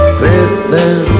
Christmas